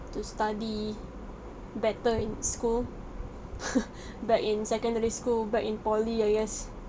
to study better in school back in secondary school but in poly I guess